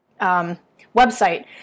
website